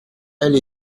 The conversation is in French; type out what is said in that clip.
elle